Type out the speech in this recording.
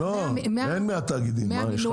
לא, אין 100 תאגידים, מה?